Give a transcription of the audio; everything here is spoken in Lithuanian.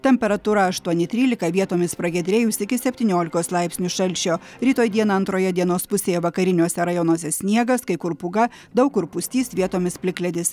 temperatūra aštuoni trylika vietomis pragiedrėjus iki septyniolikos laipsnių šalčio rytoj dieną antroje dienos pusėje vakariniuose rajonuose sniegas kai kur pūga daug kur pustys vietomis plikledis